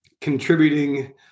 contributing